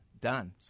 done